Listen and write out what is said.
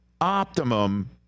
optimum